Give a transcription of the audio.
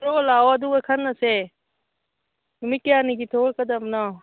ꯊꯣꯛꯂꯛꯑꯣ ꯂꯥꯛꯑꯣ ꯑꯗꯨꯒ ꯈꯟꯅꯁꯦ ꯅꯨꯃꯤꯠ ꯀꯌꯥꯅꯤꯒꯤ ꯊꯣꯛꯂꯛꯀꯗꯕꯅꯣ